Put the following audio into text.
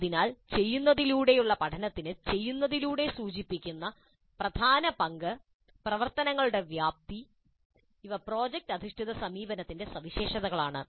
അതിനാൽ ചെയ്യുന്നതിലൂടെയുള്ള പഠനത്തിന് "ചെയ്യുന്നതിലൂടെ" സൂചിപ്പിക്കുന്ന പ്രധാന പങ്ക് പ്രവർത്തനങ്ങളുടെ വ്യാപ്തി ഇവ പ്രോജക്റ്റ് അധിഷ്ഠിത സമീപനത്തിന്റെ സവിശേഷതകളാണ്